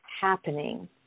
happening